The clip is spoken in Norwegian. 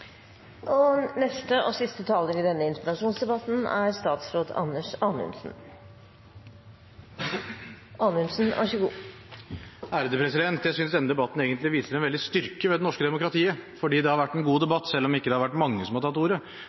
Jeg synes denne debatten egentlig viser en veldig styrke ved det norske demokratiet, for det har vært en god debatt. Selv om ikke mange har tatt ordet, har alle som har tatt ordet